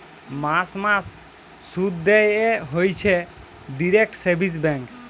মাস মাস শুধ দেয় হইছে ডিইরেক্ট সেভিংস ব্যাঙ্ক